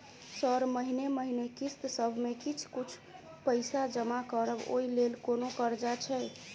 Sir महीने महीने किस्तसभ मे किछ कुछ पैसा जमा करब ओई लेल कोनो कर्जा छैय?